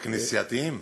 הכנסייתיים?